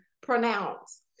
pronounce